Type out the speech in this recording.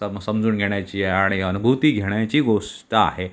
सम समजून घेण्याची आणि अनुभूती घेण्याची गोष्ट आहे